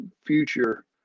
future